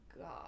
God